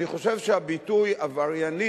אני חושב שהביטוי "עברייני"